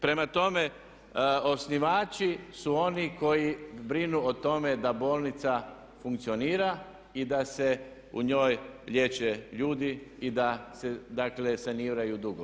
Prema tome osnivači su oni koji brinu o tome da bolnica funkcionira i da se u njoj liječe ljudi i da se dakle saniraju dugovi.